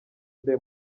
day